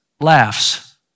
laughs